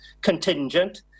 contingent